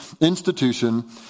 institution